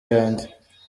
yanjye